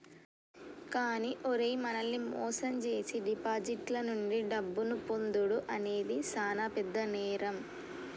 కానీ ఓరై మనల్ని మోసం జేసీ డిపాజిటర్ల నుండి డబ్బును పొందుడు అనేది సాన పెద్ద నేరం